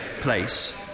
place